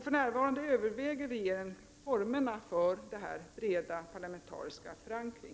För närvarande överväger regeringen formerna för denna breda parlamentariska förankring.